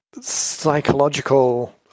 psychological